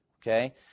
okay